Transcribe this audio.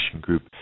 group